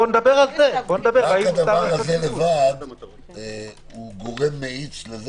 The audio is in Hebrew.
רק הדבר הזה לבד הוא גורם מאיץ לזה